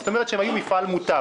זאת אומרת שהם היו מפעל מוטב.